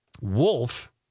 Wolf